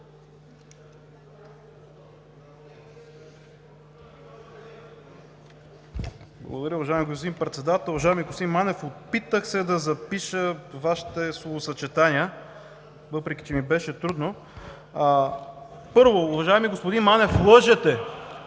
Благодаря, уважаеми господин Председател. Уважаеми господин Манев, опитах се да запиша Вашите словосъчетания, въпреки че ми беше трудно. Първо, уважаеми господин Манев, лъжете!